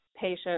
patient